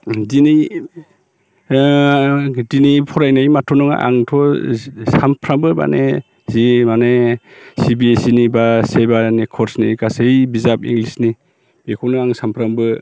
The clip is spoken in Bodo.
दिनै दिनै फरायनाय मात्र नङा आंथ' सानफ्रामबो माने जि माने सि बि एस इ नि एबा सेबानि कर्सनि गासै बिजाब इंलिसनि बेखौनो आं सानफ्रामबो